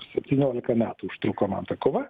septyniolika metų užtruko man ta kova